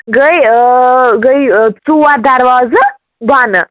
گٔے گٔے ژور دروازٕ بۄنہٕ